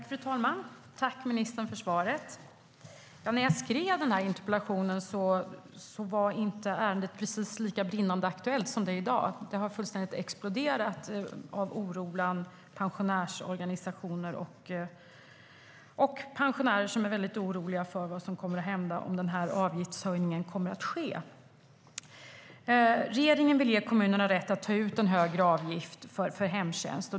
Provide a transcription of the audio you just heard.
Fru talman! Tack, ministern, för svaret! När jag skrev interpellationen var ärendet inte lika brinnande aktuellt som i dag. Det har fullständigt exploderat av oro bland pensionärsorganisationer och pensionärer över vad som kommer att hända om avgiftshöjningen sker. Regeringen vill ge kommunerna rätt att ta ut en högre avgift för hemtjänst.